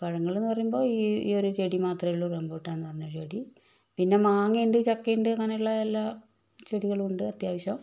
പഴങ്ങളെന്ന് പറയുമ്പോൾ ഈ ഒരു ചെടി മാത്രമേ ഉള്ളു റംബൂട്ടാൻന്ന് പറഞ്ഞ ചെടി പിന്നെ മാങ്ങയുണ്ട് ചക്കയുണ്ട് അങ്ങനെയുള്ള എല്ലാ ചെടികളും ഉണ്ട് അത്യാവശ്യം